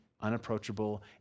unapproachable